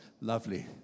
lovely